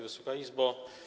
Wysoka Izbo!